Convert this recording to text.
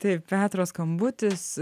taip petro skambutis